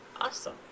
Awesome